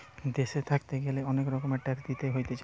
দেশে থাকতে গ্যালে অনেক রকমের ট্যাক্স দিতে হতিছে